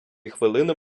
хвилини